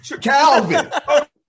Calvin